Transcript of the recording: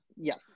Yes